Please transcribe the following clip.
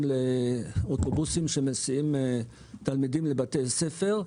לאוטובוסים שמסיעים תלמידים לבתי ספר.